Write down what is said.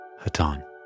hatan